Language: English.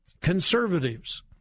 conservatives